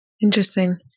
Interesting